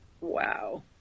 Wow